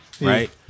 right